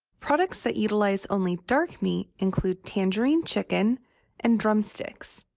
products that utilize only dark meat include tangerine chicken and drumsticks.